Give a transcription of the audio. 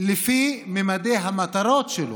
לפי ממדי המטרות שלו,